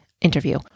interview